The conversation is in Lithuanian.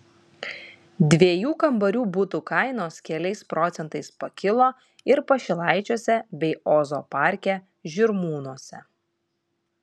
dviejų kambarių butų kainos keliais procentais pakilo ir pašilaičiuose bei ozo parke žirmūnuose